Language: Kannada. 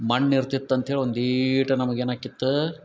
ಮಣ್ಣು ಇರ್ತಿತ್ತು ಅಂತ್ಹೇಳಿ ಒಂದು ಈಟು ನಮಗೆ ಏನಾಕಿತ್ತು